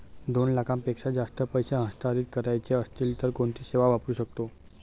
दोन लाखांपेक्षा जास्त पैसे हस्तांतरित करायचे असतील तर कोणती सेवा वापरू शकतो?